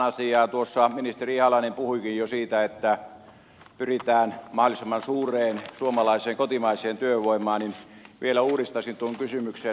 kun tuossa ministeri ihalainen puhuikin jo siitä että pyritään mahdollisimman suureen suomalaiseen kotimaiseen työvoimaan niin vielä uudistaisin tuon kysymyksen